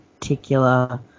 particular